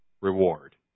reward